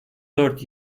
dört